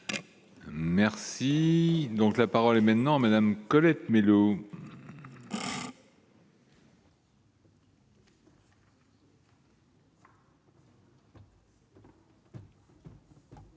Merci donc la parole est maintenant Madame Colette Mélot.